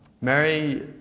Mary